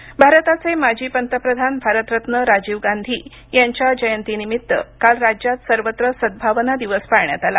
राजीव भारताचे माजी पंतप्रधान भारतरत्न राजीव गाधी यांच्या जयतीनिमित्त काल राज्यात सर्वत्र सद्गावना दिवस पाळण्यात आला